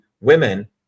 women